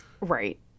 right